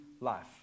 life